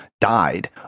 died